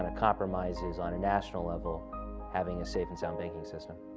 ah compromises on a national level having a safe and sound banking system.